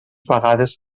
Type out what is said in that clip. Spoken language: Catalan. vegades